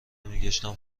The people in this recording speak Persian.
میگشتم